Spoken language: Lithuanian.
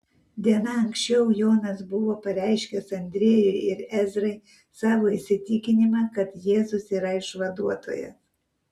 diena anksčiau jonas buvo pareiškęs andriejui ir ezrai savo įsitikinimą kad jėzus yra išvaduotojas